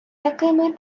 якими